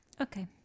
Okay